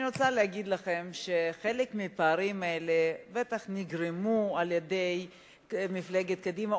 אני רוצה להגיד לכם שחלק מהפערים האלה ודאי נגרמו על-ידי מפלגת קדימה,